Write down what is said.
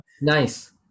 Nice